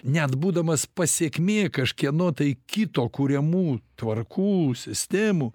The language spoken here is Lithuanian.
net būdamas pasekmė kažkieno tai kito kuriamų tvarkų sistemų